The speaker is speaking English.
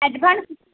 advance